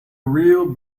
real